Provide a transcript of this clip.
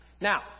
Now